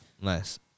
Nice